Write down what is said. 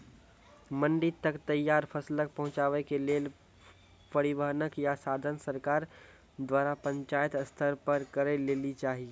मंडी तक तैयार फसलक पहुँचावे के लेल परिवहनक या साधन सरकार द्वारा पंचायत स्तर पर करै लेली चाही?